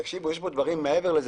יש כאן דברים מעבר לזה.